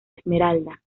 esmeralda